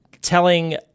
telling